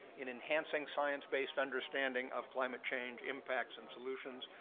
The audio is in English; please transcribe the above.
in enhancing science-based understanding of climate change, impacts, and solutions,